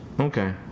Okay